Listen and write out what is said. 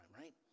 right